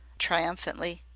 triumphantly,